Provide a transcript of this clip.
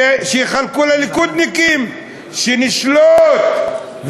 שיחלקו לליכודניקים, שנשלוט.